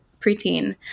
preteen